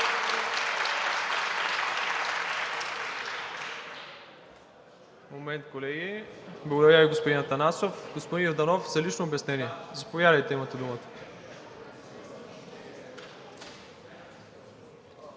Момент, колеги. Благодаря Ви, господин Атанасов. Господин Йорданов, за лично обяснение ли? Заповядайте, имате думата.